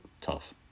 tough